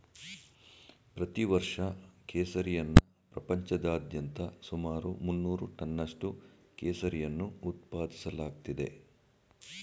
ಪ್ರತಿ ವರ್ಷ ಕೇಸರಿಯನ್ನ ಪ್ರಪಂಚಾದ್ಯಂತ ಸುಮಾರು ಮುನ್ನೂರು ಟನ್ನಷ್ಟು ಕೇಸರಿಯನ್ನು ಉತ್ಪಾದಿಸಲಾಗ್ತಿದೆ